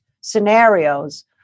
scenarios